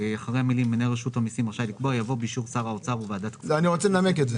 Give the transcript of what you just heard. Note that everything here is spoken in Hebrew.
יבוא "31 בדצמבר 2021". אני מבקש לנמק.